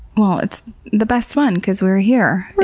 well, it's the best one because we're here.